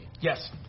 Yes